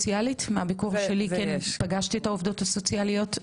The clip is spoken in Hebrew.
פגשתי את העובדות הסוציאליות,